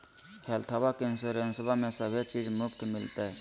हेल्थबा के इंसोरेंसबा में सभे चीज मुफ्त मिलते?